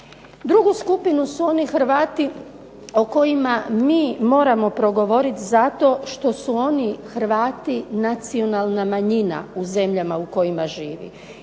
Drugu skupinu su oni Hrvati o kojima mi moramo progovoriti zato što su oni Hrvati nacionalna manjina u z emljama u kojima žive,